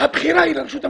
הבחירה היא לרשות המקומית.